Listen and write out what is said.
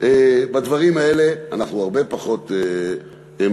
בדברים האלה אנחנו הרבה פחות משקיעים.